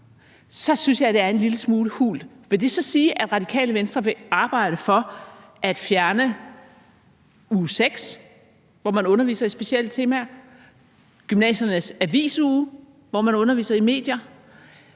synes jeg, det er en lille smule hult. Vil det så sige, at Radikale Venstre vil arbejde for at fjerne uge 6, hvor man underviser i specielle temaer, gymnasiernes avisuge, hvor man underviser i medier,